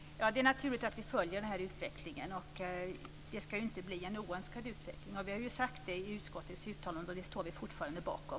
Herr talman! Det är naturligt att vi följer utvecklingen, och det ska ju inte bli en oönskad utveckling. Det har vi sagt i utskottets uttalande och det står vi fortfarande bakom.